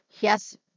Yes